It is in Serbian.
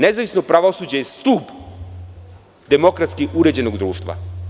Nezavisno pravosuđe je stub demokratski uređenog društva.